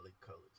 colors